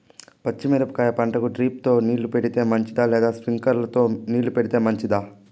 పచ్చి మిరపకాయ పంటకు డ్రిప్ తో నీళ్లు పెడితే మంచిదా లేదా స్ప్రింక్లర్లు తో నీళ్లు పెడితే మంచిదా?